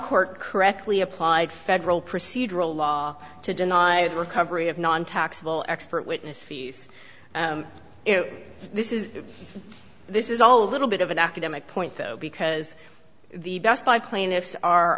court correctly applied federal procedural law to deny recovery of nontaxable expert witness fees this is this is all a little bit of an academic point though because the dust by plaintiffs are